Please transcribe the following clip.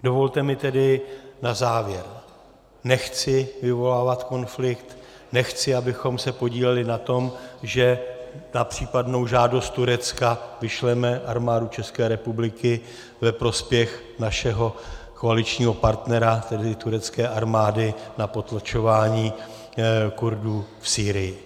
Dovolte mi tedy na závěr: Nechci vyvolávat konflikt, nechci, abychom se podíleli na tom, že na případnou žádost Turecka vyšleme Armádu České republiky ve prospěch našeho koaličního partnera, tedy turecké armády, na potlačování Kurdů v Sýrii.